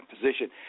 position